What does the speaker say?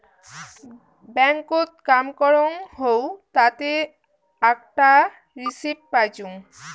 ব্যাংকত কাম করং হউ তাতে আকটা রিসিপ্ট পাইচুঙ